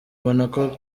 monaco